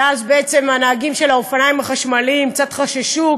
ואז בעצם הנהגים של האופניים החשמליים קצת חששו,